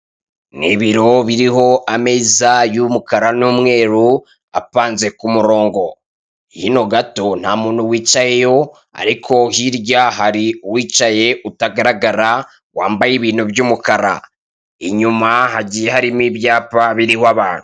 Ni ibiro biriho ameza y'umukara n'umweru, apanze ku murongo, hino gato nta muntu wicayeyo ariko hirya hari uwicaye utagaragara wambaye ibintu by'umukara. Inyuma hagiye harimo ibyapa biriho abantu.